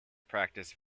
practice